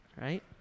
right